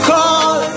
Call